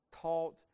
taught